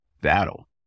battle